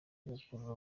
gukurura